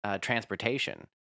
transportation